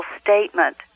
statement